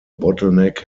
bottleneck